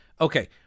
okay